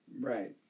Right